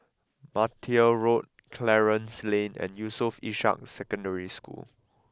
Martia Road Clarence Lane and Yusof Ishak Secondary School